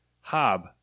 Hob